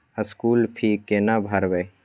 School fee केना भरबै?